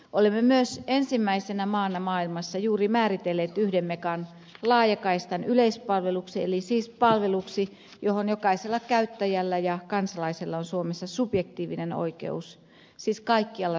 olemme myös ensimmäisenä maana maailmassa juuri määritelleet yhden megan laajakaistan yleispalveluksi eli siis palveluksi johon jokaisella käyttäjällä ja kansalaisella on suomessa subjektiivinen oikeus kaikkialla suomessa